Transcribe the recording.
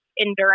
endurance